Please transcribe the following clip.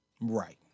Right